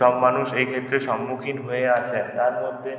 সব মানুষ এই ক্ষেত্রে সম্মুখীন হয়ে আছে তার মধ্যে